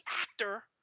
actor